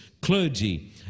clergy